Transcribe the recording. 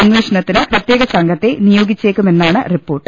അന്വേഷണത്തിന് പ്രത്യേക സംഘത്തെ നിയോഗിച്ചേക്കുമെന്നാണ് റിപ്പോർട്ട്